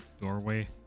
doorway